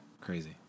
Crazy